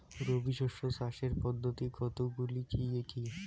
রবি শস্য চাষের পদ্ধতি কতগুলি কি কি?